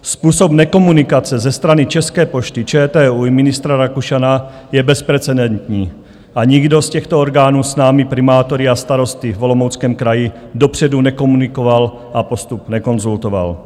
Způsob nekomunikace ze strany České pošty, ČTÚ i ministra Rakušana je bezprecedentní a nikdo z těchto orgánů s námi, primátory a starosty v Olomouckém kraji, dopředu nekomunikoval a postup nekonzultoval.